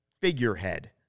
figurehead